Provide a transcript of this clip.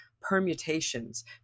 permutations